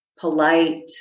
polite